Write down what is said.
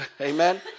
amen